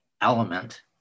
element